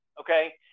okay